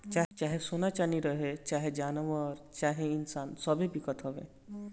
चाहे सोना चाँदी रहे, चाहे जानवर चाहे इन्सान सब्बे बिकत हवे